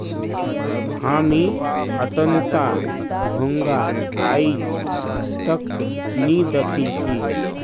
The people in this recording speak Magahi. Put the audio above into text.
हामी अट्टनता घोंघा आइज तक नी दखिल छि